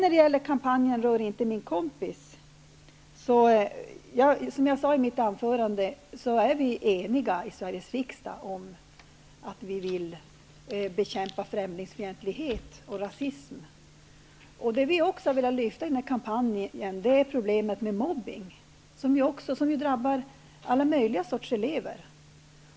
När det gäller kampanjen Rör inte min kompis är vi, som jag sade i mitt tidigare anförande, i Sveriges riksdag eniga om att vi vill bekämpa främlingsfientlighet och rasism. Det som vi i denna kampanj också har velat lyfta fram är problemet med mobbning som drabbar alla möjliga sorts elever.